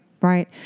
right